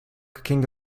king